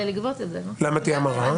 למה תהיה המרה?